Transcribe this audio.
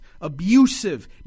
abusive